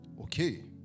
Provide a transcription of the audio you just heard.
Okay